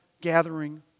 gathering